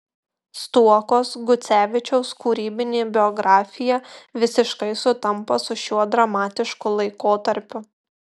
stuokos gucevičiaus kūrybinė biografija visiškai sutampa su šiuo dramatišku laikotarpiu